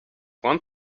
want